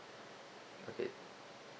okay